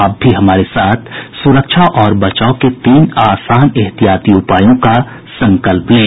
आप भी हमारे साथ सुरक्षा और बचाव के तीन आसान एहतियाती उपायों का संकल्प लें